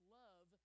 love